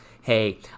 Hey